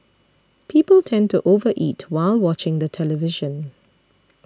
people tend to over eat while watching the television